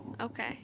Okay